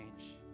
change